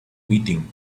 meeting